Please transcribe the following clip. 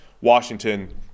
Washington